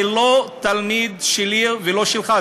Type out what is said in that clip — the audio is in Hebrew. זה לא תלמיד שלי ולא שלך,